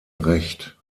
recht